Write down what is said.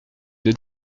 deux